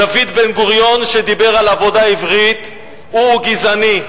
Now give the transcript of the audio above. דוד בן-גוריון, שדיבר על עבודה עברית, הוא גזעני.